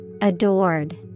Adored